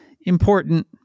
important